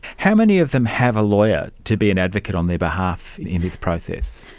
how many of them have a lawyer to be an advocate on their behalf in this process?